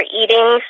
eating